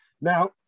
Now